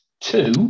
two